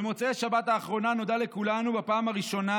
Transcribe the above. במוצאי השבת האחרונה נודע לכולנו בפעם הראשונה